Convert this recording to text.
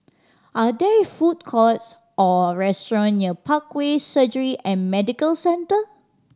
are there food courts or restaurant near Parkway Surgery and Medical Centre